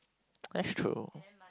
that's true